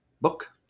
book